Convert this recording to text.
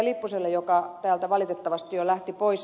lipposelle joka täältä valitettavasti jo lähti pois